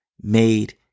made